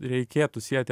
reikėtų sieti